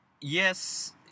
Yes